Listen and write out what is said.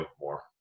more